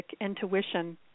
intuition